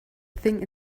thing